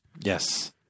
Yes